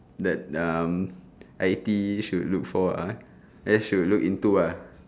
that um I_T_E should look for ah then should look into ah